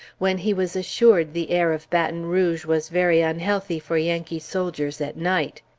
when he was assured the air of baton rouge was very unhealthy for yankee soldiers at night.